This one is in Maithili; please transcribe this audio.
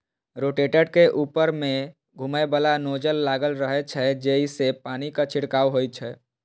रोटेटर के ऊपर मे घुमैबला नोजल लागल रहै छै, जइसे पानिक छिड़काव होइ छै